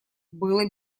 было